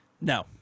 no